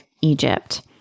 Egypt